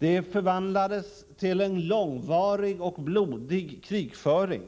Insatsen förvandlades till en långvarig och blodig krigföring